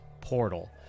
portal